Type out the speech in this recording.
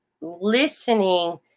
listening